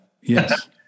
Yes